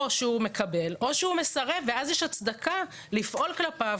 או שהוא מקבל או שהוא מסרב ואז יש הצדקה לפעול כלפיו